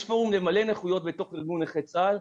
יש פורום למלא נכויות בתוך ארגון נכי צה"ל,